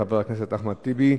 חבר הכנסת אחמד טיבי,